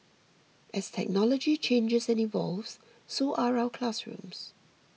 as technology changes and evolves so are our classrooms